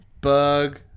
Bug